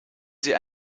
sie